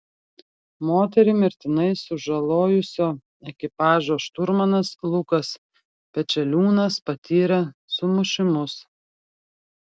moterį mirtinai sužalojusio ekipažo šturmanas lukas pečeliūnas patyrė sumušimus